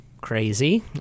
crazy